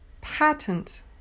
Patent